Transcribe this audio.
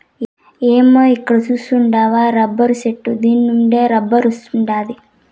అమ్మో ఈడ సూస్తివా రబ్బరు చెట్టు దీన్నుండే రబ్బరొస్తాండాది